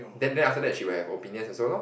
then then after that she will have opinions also lor